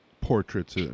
portraits